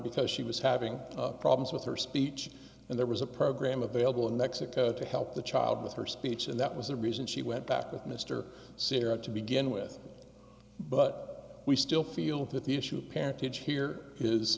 because she was having problems with her speech and there was a program available in mexico to help the child with her speech and that was the reason she went back with mr sera to begin with but we still feel that the issue parentage here is